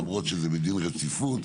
למרות שזה בדין רציפות,